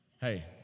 hey